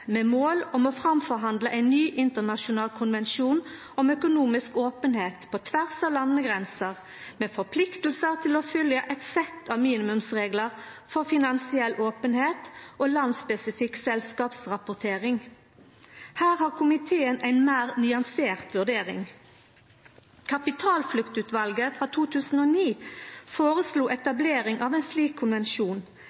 med mål om å forhandla fram ein ny internasjonal konvensjon om økonomisk openheit på tvers av landegrenser med forpliktingar til å følgja eit sett med minimumsreglar for finansiell openheit og landsspesifikk selskapsrapportering. Her har komiteen ei meir nyansert vurdering. Kapitalfluktutvalet frå 2009 føreslo